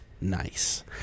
Nice